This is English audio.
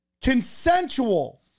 Consensual